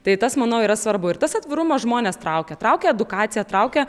tai tas manau yra svarbu ir tas atvirumas žmones traukia traukia edukacija traukia